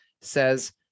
says